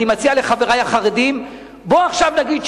אני מציע לחברי החרדים: בואו נגיד עכשיו